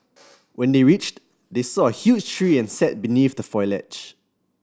when they reached they saw a huge tree and sat beneath the foliage